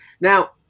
Now